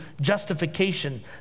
justification